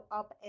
up